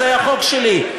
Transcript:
זה היה חוק שלי.